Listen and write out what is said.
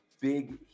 big